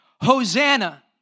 Hosanna